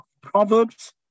Proverbs